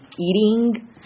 eating